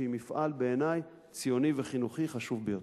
שבעיני היא מפעל ציוני וחינוכי חשוב ביותר.